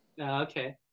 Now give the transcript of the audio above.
okay